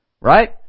right